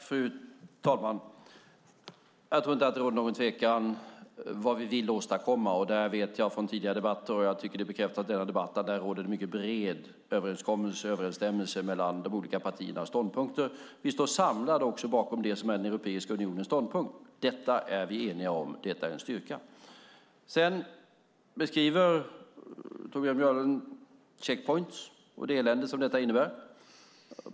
Fru talman! Jag tror inte att det råder någon tvekan om vad vi vill åstadkomma. Där vet jag från tidigare debatter, och jag tycker att det bekräftas i denna debatt, att det råder en mycket bred överensstämmelse mellan de olika partiernas ståndpunkter. Vi står samlade också bakom det som är Europeiska unionens ståndpunkt. Detta är vi eniga om; det är en styrka. Torbjörn Björlund beskriver checkpoints och det elände som dessa innebär.